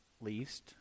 least